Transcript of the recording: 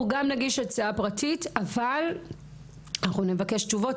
אנחנו גם נגיש הצעה פרטית אבל אנחנו נבקש תשובות.